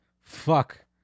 fuck